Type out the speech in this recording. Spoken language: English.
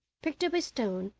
picked up a stone,